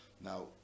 Now